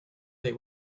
they